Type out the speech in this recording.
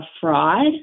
fraud